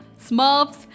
Smurfs